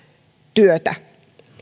työtä